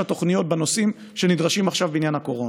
התוכניות בנושאים שנדרשים עכשיו בעניין הקורונה.